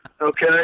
Okay